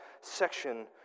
section